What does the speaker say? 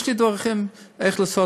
יש לי דרכים איך לעשות.